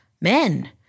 men